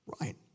Right